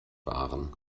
waren